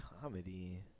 Comedy